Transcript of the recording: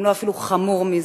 אם לא אפילו חמור מזה,